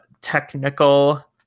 technical